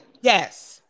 Yes